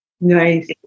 nice